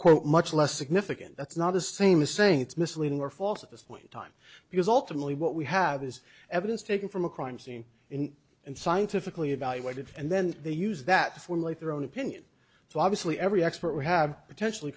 quote much less significant that's not the same as saying it's misleading or false at this point time because ultimately what we have is evidence taken from a crime scene in and scientifically evaluated and then they use that to formulate their own opinion so obviously every expert we have potentially